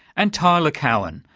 and tyler cowen,